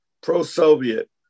pro-Soviet